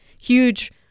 huge